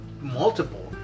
Multiple